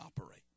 operate